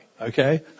Okay